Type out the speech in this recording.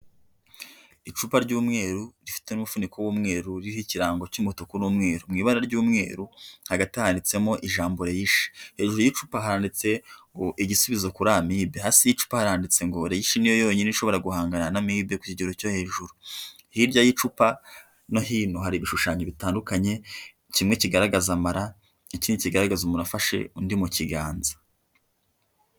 Icupa ry'umweru rifite umufuniko w'umweru ririho ikirango cy'umutuku n'umweru. Mu ibara ry'umweru hagati handitsemo ijambo Reshi. Hejuru y'icupa handitse ngo: ''Igisubizo kuri Amide.'' Hasi y'icupa haranditse ngo Reishi ni yo yonyine ishobora guhangana na Amibe ku kigero cyo hejuru. Hirya y'icupa no hino hari ibishushanyo bitandukanye, kimwe kigaragaza amara, ikindi kigaragaza umuntu afashe undi mu kiganza.